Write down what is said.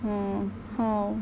mm how